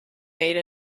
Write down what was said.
made